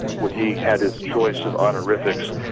would he had his choice of honorifics,